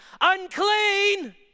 unclean